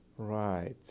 Right